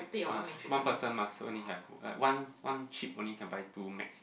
!aiya! one person must only have like one one chip can only buy two max